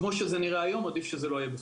כמו שזה נראה היום, עדיף שזה לא יהיה בכלל.